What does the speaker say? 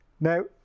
Now